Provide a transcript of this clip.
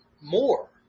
more